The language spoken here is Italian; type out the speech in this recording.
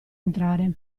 entrare